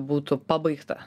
būtų pabaigta